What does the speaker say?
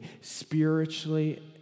spiritually